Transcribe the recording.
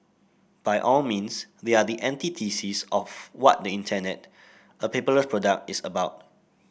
by all means they are the antithesis of what the Internet a paperless product is about